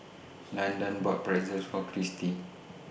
Landan bought Pretzel For Christi